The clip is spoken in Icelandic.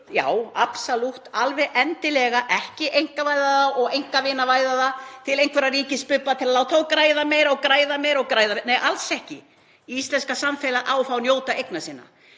Já, absalútt, alveg endilega. Ekki einkavæða það og einkavinavæða það til einhverra ríkisbubba til að láta þá græða meira og meira. Nei, alls ekki. Íslenska samfélagið á þá að njóta eigna sinna.